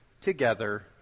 together